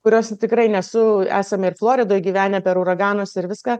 kurios tikrai nesu esame ir floridoj gyvenę per uraganus ir viską